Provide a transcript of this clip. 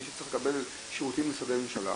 מי שצריך לקבל שירותים במשרדי הממשלה